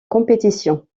compétition